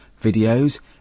videos